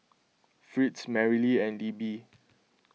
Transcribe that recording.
Fritz Merrily and Libby